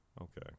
Okay